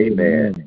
Amen